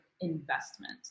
investment